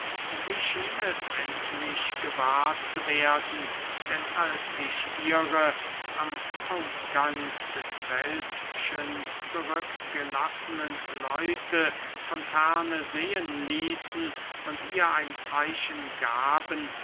es endlich gewahr zu werden denn als sich ihre am ausgang des wäldchens zurück gelassenen leute von ferne sehen ließen und ihr ein zeichen gaben